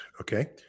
okay